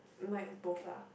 mine is both lah